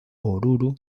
oruro